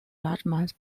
largemouth